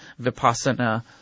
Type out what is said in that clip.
Vipassana